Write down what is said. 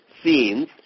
Scenes